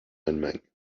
allemagne